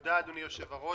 תודה אדוני היושב-ראש.